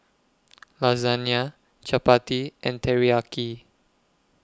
Lasagne Chapati and Teriyaki